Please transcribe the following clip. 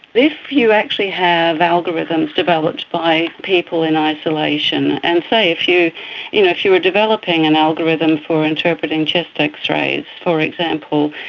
if you actually have algorithms developed by people in isolation, and say if you you know if you were developing an algorithm for interpreting chest x-rays, for example,